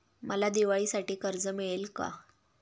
मला दिवाळीसाठी कर्ज मिळेल का?